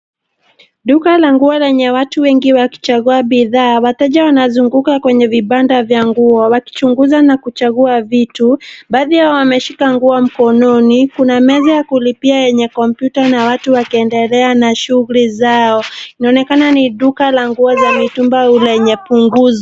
Duka la nguo lenye watu wengi wakichagua bidhaa. Wateja wanazunguka kwenye vibanda vya nguo wakichunguza na kuchagua vitu. Baadhi yao wameshika nguo mkononi. Kuna meza ya kulipia yenye kompyuta na watu wakiendelea na shughuli zao. Inaonekana ni duka la nguo za mitumba lenye punguzo.